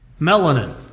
melanin